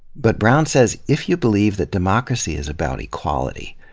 but, brown says, if you believe that democracy is about equality,